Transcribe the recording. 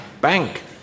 bank